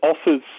offers